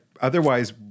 otherwise